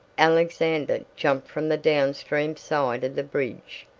alexander jumped from the downstream side of the bridge.